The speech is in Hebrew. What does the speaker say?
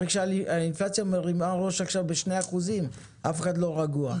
הרי כשהאינפלציה מרימה ראש בשני אחוזים אף אחד לא רגוע,